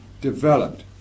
developed